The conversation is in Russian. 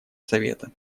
совета